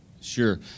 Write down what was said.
Sure